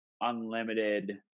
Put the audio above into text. unlimited